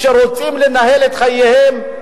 כולל מנגנוני בקרה פנימיים בתוך החברות.